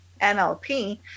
NLP